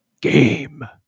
Game